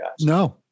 No